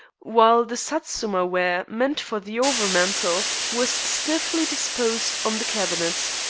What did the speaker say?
while the satsuma ware meant for the over-mantel was stiffly disposed on the cabinet.